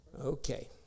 Okay